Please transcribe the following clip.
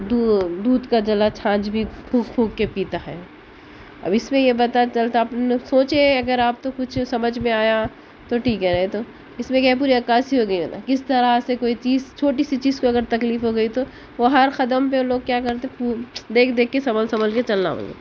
دودھ کا جلا چھاچھ بھی پھونک پھونک کے پیتا ہے اب اس میں یہ پتہ چلتا ہے اپنے اب آپ سوچیں اگر آپ کو کچھ سمجھ میں آیا تو ٹھیک ہے نہیں تو اس میں یہ پوری عکاسی ہوگئی کس طرح کوئی چیز چھوٹی سی چیز کوئی تکلیف ہوگئی تو وہ ہر قدم پر لوگ کیا کرتے ہیں دیکھ دیکھ کے سنبھل سنبھل کے چلنا ہوتا ہے